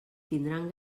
tindran